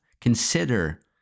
Consider